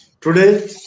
today